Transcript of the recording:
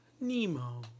Nemo